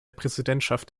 präsidentschaft